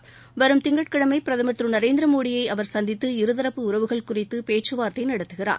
சொலிஹ் வரும் திங்கட்கிழமை பிரதமர் திரு நரேந்திரமோடியை அவர் சந்தித்து இரு தரப்பு உறவுகள் குறித்து பேச்சு வார்த்தை நடத்துகிறார்